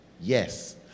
Yes